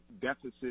deficit